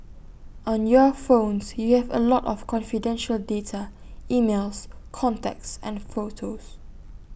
on your phones you have A lot of confidential data emails contacts photos